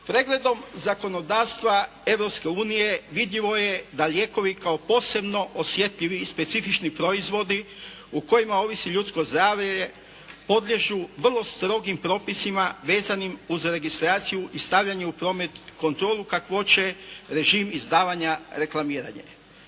Pregledom zakonodavstvo Europske unije vidljivo je da lijekovi kao posebno osjetljivi i specifični proizvodi o kojima ovisi ljudsko zdravlje podliježu vrlo strogim propisima vezanim uz registraciju i stavljanje u promet kontrolu kakvoće, režim izdavanja, reklamiranje.